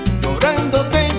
llorándote